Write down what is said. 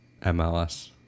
MLS